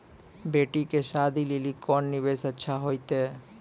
बेटी के शादी लेली कोंन निवेश अच्छा होइतै?